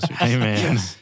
Amen